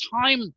time